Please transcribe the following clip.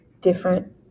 different